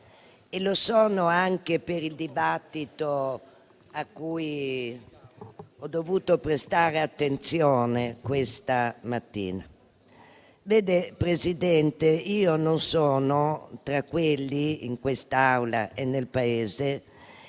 e lo sono anche per il dibattito a cui ho dovuto prestare attenzione questa mattina. Signor Presidente, io non sono tra quelli che, in quest'Aula e nel Paese,